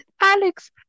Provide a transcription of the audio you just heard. Alex